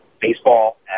baseball